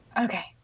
Okay